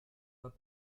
pas